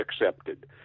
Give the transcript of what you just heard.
accepted